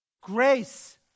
Grace